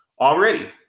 already